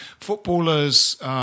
Footballers